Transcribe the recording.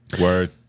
Word